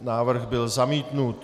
Návrh byl zamítnut.